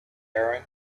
erin